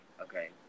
okay